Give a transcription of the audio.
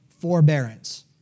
forbearance